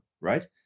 right